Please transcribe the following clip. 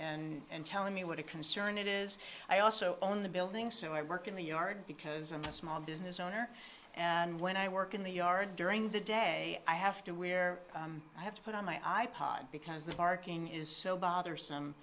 me and telling me what a concern it is i also own the building so i work in the yard because i'm a small business owner and when i work in the yard during the day i have to where i have to put on my i pod because the barking is so bothersome